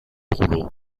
rouleau